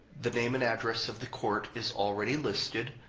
the name and address of the court is already listed.